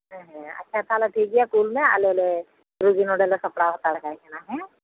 ᱦᱮᱸ ᱦᱮᱸ ᱟᱪᱪᱷᱟ ᱛᱟᱦᱚᱞᱮ ᱴᱷᱤᱠ ᱜᱮᱭᱟ ᱠᱩᱞ ᱢᱮ ᱟᱞᱮ ᱞᱮ ᱨᱩᱜᱤ ᱱᱚᱸᱰᱮ ᱞᱮ ᱥᱟᱯᱲᱟᱣ ᱦᱟᱛᱟᱲ ᱠᱟᱭ ᱠᱟᱱᱟ ᱦᱮᱸ